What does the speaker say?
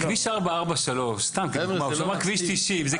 כביש 443 סתם כדוגמה או כביש 90, זה